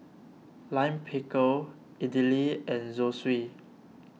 Lime Pickle Idili and Zosui